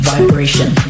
Vibration